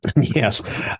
Yes